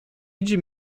idzie